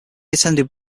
attended